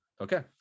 okay